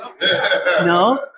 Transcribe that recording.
No